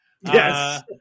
Yes